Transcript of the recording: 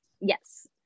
yes